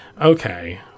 okay